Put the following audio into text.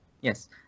Yes